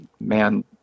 man